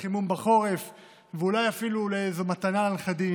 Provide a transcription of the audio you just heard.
לחימום בחורף ואולי אפילו לאיזו מתנה לנכדים,